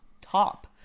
top